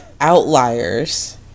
outliers